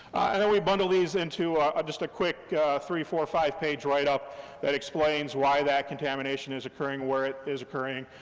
and then we bundle these into just a quick three, four, five page writeup that explains why that contamination is occurring where it is occurring,